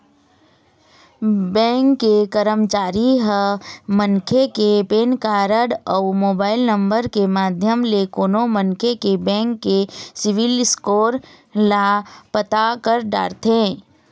bank के करमचारी ह मनखे के पेन कारड अउ मोबाईल नंबर के माध्यम ले कोनो मनखे के बेंक के सिविल स्कोर ल पता कर डरथे